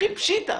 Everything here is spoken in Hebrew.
הכי פשיטא.